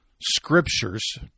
Scripture's